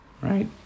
right